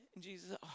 Jesus